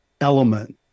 element